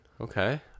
Okay